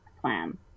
plan